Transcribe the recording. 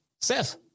Seth